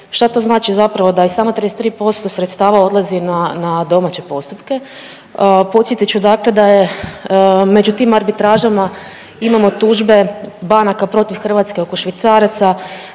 Šta to znači zapravo da je samo 33% sredstava odlazi na domaće postupke? Podsjetit ću da je među tim arbitražama imamo tužbe banaka protiv Hrvatske oko švicaraca,